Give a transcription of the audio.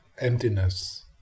emptiness